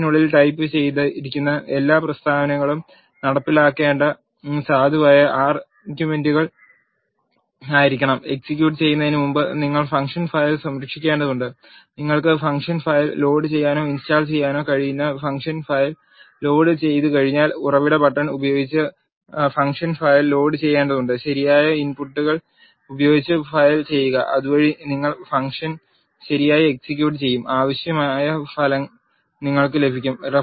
ഫംഗ്ഷനുള്ളിൽ ടൈപ്പുചെയ് തിരിക്കുന്ന എല്ലാ പ്രസ്താവനകളും നടപ്പിലാക്കേണ്ട സാധുവായ ആർ സ്റ്റേറ്റ് മെന്റുകൾ ആയിരിക്കണം എക്സിക്യൂട്ട് ചെയ്യുന്നതിന് മുമ്പ് നിങ്ങൾ ഫംഗ്ഷൻ ഫയൽ സംരക്ഷിക്കേണ്ടതുണ്ട് നിങ്ങൾക്ക് ഫംഗ്ഷൻ ഫയൽ ലോഡുചെയ്യാനോ ഇൻസ്റ്റാൾ ചെയ്യാനോ കഴിയുന്ന ഫംഗ്ഷൻ ഫയൽ ലോഡുചെയ്തുകഴിഞ്ഞാൽ ഉറവിട ബട്ടൺ ഉപയോഗിച്ച് ഫംഗ്ഷൻ ഫയൽ ലോഡുചെയ്യേണ്ടതുണ്ട് ശരിയായ ഇൻ പുട്ടുകൾ ഉപയോഗിച്ച് ഫയൽ ചെയ്യുക അതുവഴി നിങ്ങൾ ഫംഗ്ഷൻ ശരിയായി എക്സിക്യൂട്ട് ചെയ്യും ആവശ്യമായ ഫലം നിങ്ങൾക്ക് ലഭിക്കും